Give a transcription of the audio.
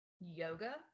yoga